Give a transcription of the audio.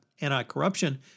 anti-corruption